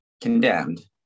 condemned